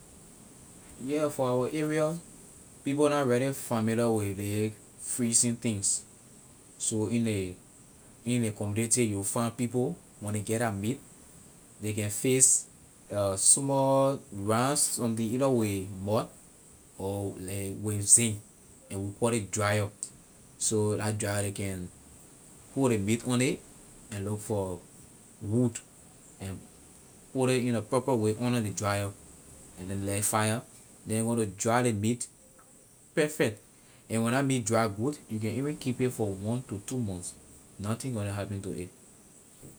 Yeah for our area people na really familiar with ley freezing things so in ley in ley community you will find people when they get la meat ley can fix small round something either with mud or like when you stand and we call it dryer so la dryer ley can put the meat on it and look for wood and put it in a proper way under the dryer and they light fire then gonna dry ley mean perfect and when la meat dry good you can even keep it for one to two month nothing gonna happen to it.